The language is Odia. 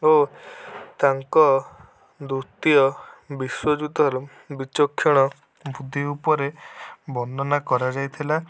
ଓ ତାଙ୍କ ଦ୍ଵିତୀୟ ବିଶ୍ଵଯୁଦ୍ଧର ବିଚକ୍ଷଣ ବୁଦ୍ଧି ଉପରେ ବର୍ଣ୍ଣନା କରାଯାଇଥିଲା